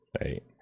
Right